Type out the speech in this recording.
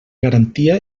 garantia